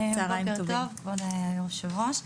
כבוד היושבת-ראש,